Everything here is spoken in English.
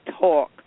Talk